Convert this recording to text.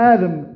Adam